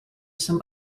some